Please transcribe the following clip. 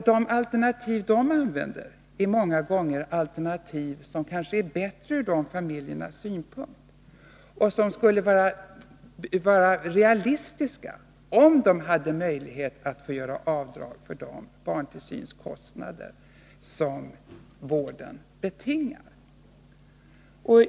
De alternativ som de använder är många gånger kanske bättre ur dessa familjers synpunkt och skulle vara realistiska om de hade möjlighet att göra avdrag för de barntillsynskostnader som vården betingar.